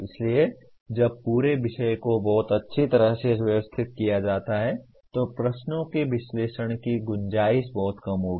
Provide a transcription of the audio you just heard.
इसलिए जब पूरे विषय को बहुत अच्छी तरह से व्यवस्थित किया जाता है तो प्रश्नों के विश्लेषण की गुंजाइश बहुत कम होगी